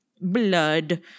blood